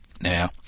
Now